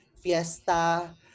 fiesta